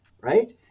right